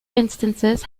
instances